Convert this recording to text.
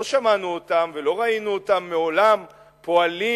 לא שמענו אותם ולא ראינו אותם מעולם פועלים